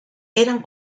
eran